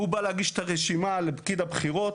הוא בא להגיש את הרשימה לפקיד הבחירות,